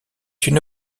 une